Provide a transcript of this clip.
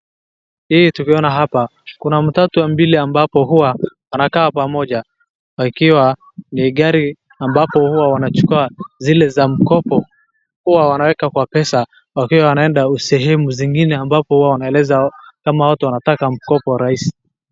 Hii tuaona hapa, kuna matatu mbili ambapo huwa wanakaa pamoja. Wakiwa ni gari ambapo huwa wanachukua zil za mkopo, huwa wanaweka kwa pesa wakiwa wanaenda sehemu zingine ambapo huwa wanaeleza kama watu wanataka mkopo rahisi.